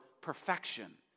perfection